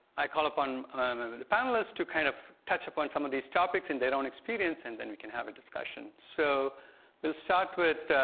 i call upon the panelists to kind of touch upon some of these topics and they don't experience and then we can have a discussion. so we'll start with